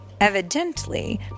Evidently